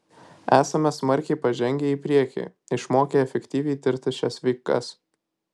esame smarkiai pažengę į priekį išmokę efektyviai tirti šias veikas